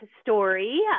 story